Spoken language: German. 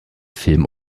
film